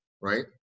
right